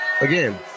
again